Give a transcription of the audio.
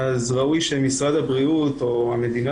ראוי שמשרד הבריאות או המדינה,